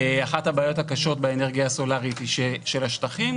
אחת הבעיות הקשות באנרגיה הסולרית היא של השטחים.